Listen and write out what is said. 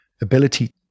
ability